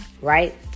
right